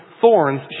Thorns